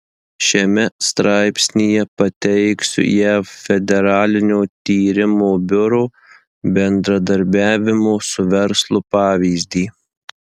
šiame straipsnyje pateiksiu jav federalinio tyrimo biuro bendradarbiavimo su verslu pavyzdį